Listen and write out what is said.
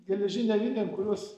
geležinėm vinį an kuriuos